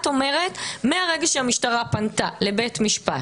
את אומרת שמרגע שהמשטרה פנתה לבית המשפט